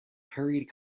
hurried